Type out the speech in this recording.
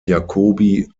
jacobi